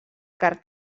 carn